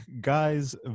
Guys